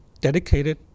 dedicated